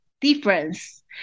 difference